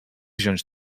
wziąć